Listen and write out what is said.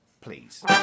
please